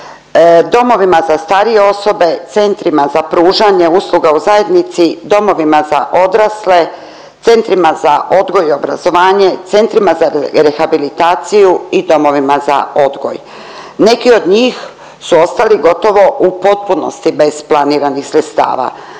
domovima za starije osobe, centrima za pružanje usluga u zajednici, domovima za odrasle, centrima za odgoj i obrazovanje, centrima za rehabilitaciju i domovima za odgoj. Neki od njih su ostali gotovo u potpunosti bez planiranih sredstava.